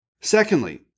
Secondly